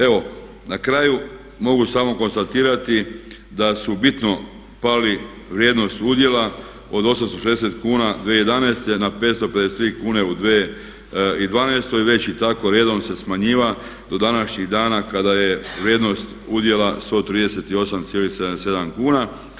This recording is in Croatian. Evo, na kraju mogu samo konstatirati da je bitno pala vrijednost udjela od 860 kuna 2011. na 553 kune u 2012. već i tako redom se smanjivalo do današnjeg dana kada je vrijednost udjela 138,77 kuna.